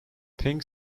pink